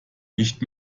nicht